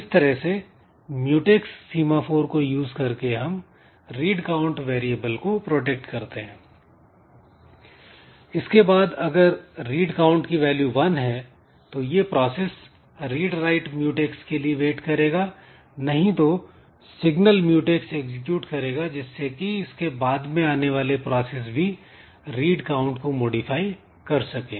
इस तरह से म्यूटैक्स सीमाफोर को यूज करके हम "रीड काउंट" वेरिएबल को प्रोटेक्ट करते हैं इसके बाद अगर "रीड काउंट" की वैल्यू वन है तो यह प्रोसेस "रीड राइट म्यूटैक्स" के लिए वेट करेगा नहीं तो सिग्नल म्यूटैक्स एग्जीक्यूट करेगा जिससे कि इसके बाद में आने वाले प्रोसेस भी "रीड काउंट" को मॉडिफाई कर सके